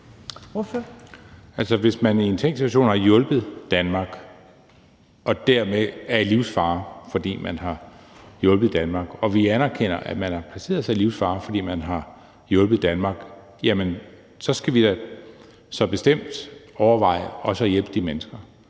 hvis man i en tænkt situation har hjulpet Danmark og dermed er i livsfare, fordi man har hjulpet Danmark, og vi anerkender, at man har placeret sig i livsfare, fordi man har hjulpet Danmark, jamen så skal vi da så bestemt overveje også at hjælpe de mennesker.